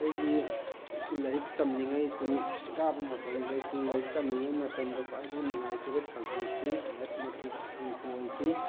ꯑꯩꯒꯤ ꯁ꯭ꯀꯨꯜ ꯂꯥꯏꯔꯤꯛ ꯇꯝꯂꯤꯉꯩ ꯁ꯭ꯀꯨꯜ ꯀꯥꯕ ꯃꯇꯝꯗ ꯁ꯭ꯀꯨꯜ ꯂꯥꯏꯔꯤꯛ ꯇꯝꯂꯤꯉꯩ ꯃꯇꯝꯗ ꯈ꯭ꯋꯥꯏꯗꯒꯤ ꯅꯨꯡꯉꯥꯏꯈꯤꯕ ꯁꯕꯖꯦꯛꯇꯤ ꯃꯦꯠꯃꯦꯇꯤꯛꯁ ꯑꯪꯀ ꯑꯣꯏꯈꯤ